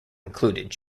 included